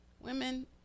women